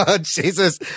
Jesus